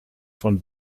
von